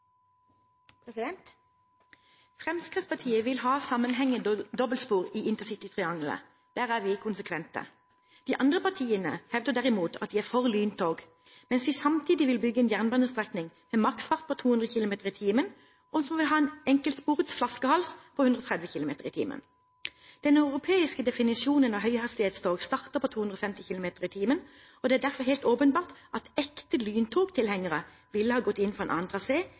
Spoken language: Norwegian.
vi konsekvente. De andre partiene hevder derimot at de er for lyntog, mens de samtidig vil bygge en jernbanestrekning med maksfart på 200 km/t, som vil ha en enkeltsporet flaskehals på 130 km/t. Den europeiske definisjonen av høyhastighetstog er tog med en hastighet som starter på 250 km/t, og det er derfor helt åpenbart at ekte lyntogtilhengere ville ha gått inn for en annen